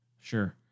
sure